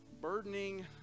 burdening